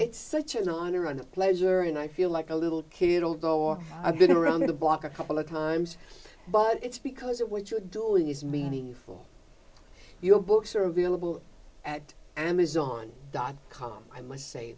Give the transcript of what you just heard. it's such an honor and a pleasure and i feel like a little kid will go i've been around the block a couple of times but it's because of what you're doing is meaningful your books are available at amazon dot com i must say